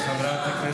הוא קיווה, את המלחמה.